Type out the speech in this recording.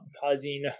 causing